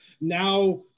now